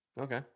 okay